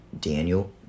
Daniel